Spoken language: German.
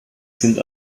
sind